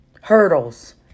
hurdles